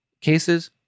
cases